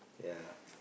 ya